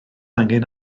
angen